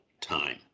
time